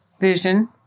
vision